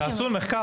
תעשו מחקר.